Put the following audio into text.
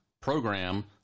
program